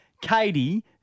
Katie